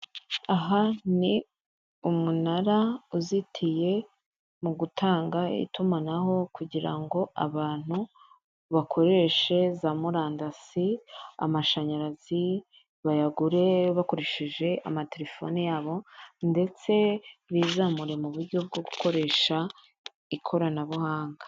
Aha ni umunara uzitiye mu gutanga itumanaho, kugira ngo abantu bakoreshe za murandasi, amashanyarazi bayagure bakoresheje amatelefone yabo, ndetse bizamure mu buryo bwo gukoresha ikoranabuhanga.